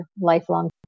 lifelong